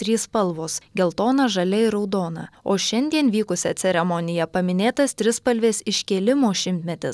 trys spalvos geltona žalia ir raudona o šiandien vykusia ceremonija paminėtas trispalvės iškėlimo šimtmetis